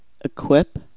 Equip